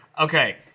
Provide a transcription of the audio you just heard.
okay